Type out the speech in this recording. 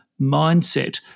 mindset